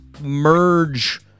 merge